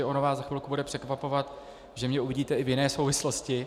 Ono vás za chvilku bude překvapovat, že mě uvidíte i v jiné souvislosti.